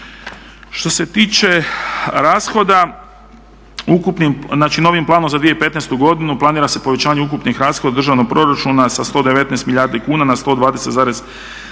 znači novim planom za 2015. godinu planira se povećanje ukupnih rashoda državnog proračuna sa 119 milijardi kuna na 120,7 milijardi